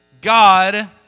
God